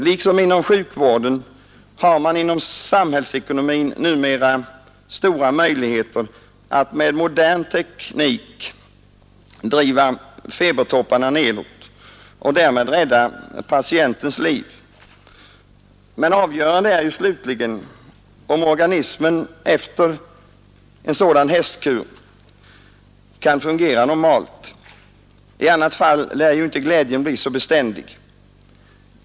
Liksom inom sjukvården har man inom samhällsekonomin numera stora möjligheter att med modern teknik driva febertopparna nedåt och därigenom rädda patientens liv. Men avgörande är ju slutligen om organismen efter en sådan hästkur kan fungera normalt — i annat fall lär inte glädjen bli så beständig.